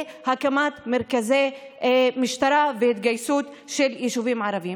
הקמת מרכזי משטרה והתגייסות של יישובים ערביים.